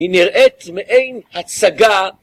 היא נראית מעין הצגה.